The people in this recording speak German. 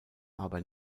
aber